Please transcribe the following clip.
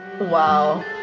Wow